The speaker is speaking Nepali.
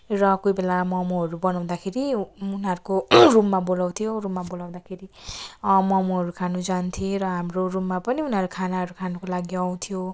र कोही बेला ममहरू बनाउँदाखेरि उनीहरूको रूममा बोलाउँथ्यौँ रूममा बोलाउँदाखेरि ममहरू खानु जान्थौँ र हाम्रो रूममा पनि उनीहरू खानाहरू खानुको लागि आउँथ्यो